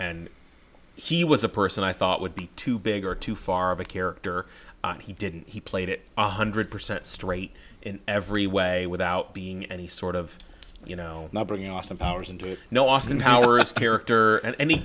and he was a person i thought would be too big or too far of a character and he didn't he played it one hundred percent straight in every way without being any sort of you know bringing austin powers into you know austin powers character and he